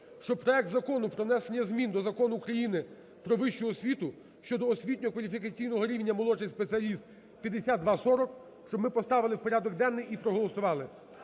щоб проект Закону про внесення змін до Закону України "Про вищу освіту" щодо освітньо-кваліфікаційного рівня "молодший спеціаліст" 5240, щоб ми поставили в порядок денний і проголосували.